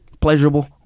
pleasurable